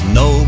no